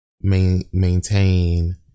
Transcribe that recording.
maintain